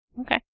Okay